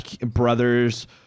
Brothers